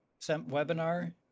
webinar